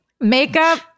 makeup